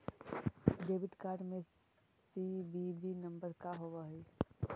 Debit card में CVV number का होव हइ?